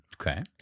Okay